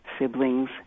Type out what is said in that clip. siblings